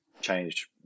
change